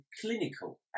clinical